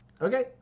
Okay